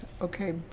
Okay